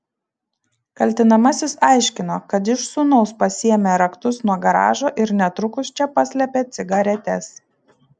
kaltinamasis aiškino kad iš sūnaus pasiėmė raktus nuo garažo ir netrukus čia paslėpė cigaretes